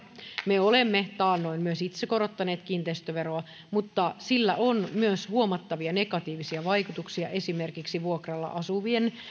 me olemme taannoin myös itse korottaneet kiinteistöveroa mutta sillä on myös huomattavia negatiivisia vaikutuksia esimerkiksi vuokralla asuvien